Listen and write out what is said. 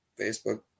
facebook